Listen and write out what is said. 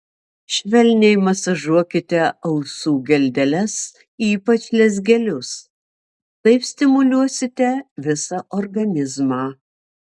švelniai masažuokite ausų geldeles ypač lezgelius taip stimuliuosite visą organizmą